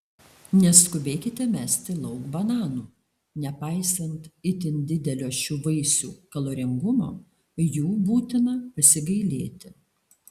neskubėkite mesti lauk bananų nepaisant itin didelio šių vaisių kaloringumo jų būtina pasigailėti